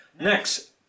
Next